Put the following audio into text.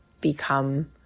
become